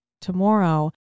tomorrow